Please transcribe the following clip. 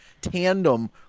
tandem